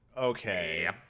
Okay